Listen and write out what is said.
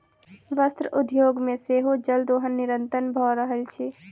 वस्त्र उद्योग मे सेहो जल दोहन निरंतन भ रहल अछि